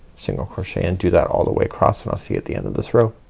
single crochet and do that all the way across and i'll see at the end of this row.